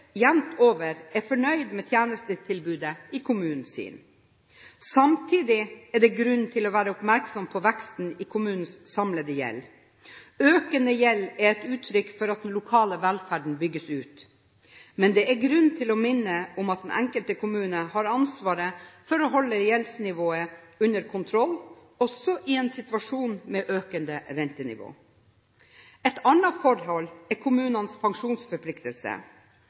jevnt over er fornøyd med tjenestetilbudet i kommunen sin. Samtidig er det grunn til å være oppmerksom på veksten i kommunenes samlede gjeld. Økende gjeld er et uttrykk for at den lokale velferden bygges ut. Men det er grunn til å minne om at den enkelte kommune har ansvar for å holde gjeldsnivået under kontroll, også i en situasjon med økende rentenivå. Et annet forhold er kommunenes